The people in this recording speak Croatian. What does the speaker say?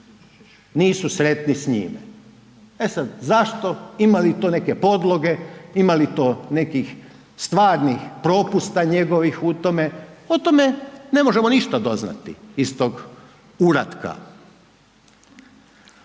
nisu sretni s njime. E sad zašto, ima li to neke podloge, ima li to nekih stvarnih propusta njegovih u tome, o tome ne možemo ništa doznati, iz tog uratka.